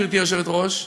גברתי היושבת-ראש,